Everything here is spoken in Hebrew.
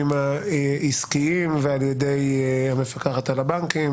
העסקיים ועל ידי המפקחת על הבנקים,